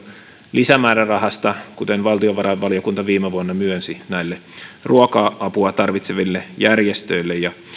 lisämäärärahasta jonka valtiovarainvaliokunta viime vuonna myönsi näille ruoka apua tarvitseville järjestöille ja